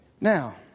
Now